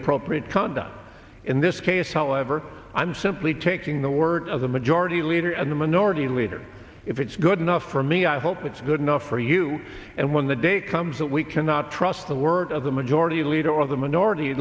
appropriate conduct in this case however i'm simply taking the word of the majority leader and the minority leader if it's good enough for me i hope it's good enough for you and when the day comes that we cannot trust the word of the majority leader of the minority